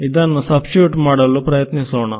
ಇದನ್ನು ಸಬ್ಸ್ಟಿಟ್ಯೂಟ್ ಮಾಡಲು ಪ್ರಯತ್ನಿಸೋಣ